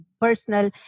personal